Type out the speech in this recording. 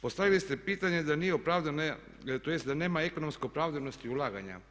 Postavili ste pitanje da nije opravdano, tj. da nema ekonomske opravdanosti ulaganja.